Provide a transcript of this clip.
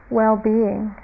well-being